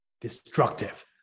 destructive